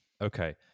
Okay